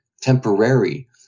temporary